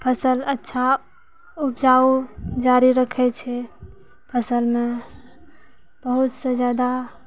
फसल अच्छा उपजाओ जारि रक्खे छै फसलमे बहुतसँ जादा